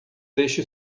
deixe